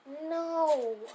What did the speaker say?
No